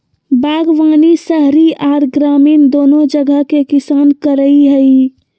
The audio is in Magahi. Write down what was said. बागवानी शहरी आर ग्रामीण दोनो जगह के किसान करई हई,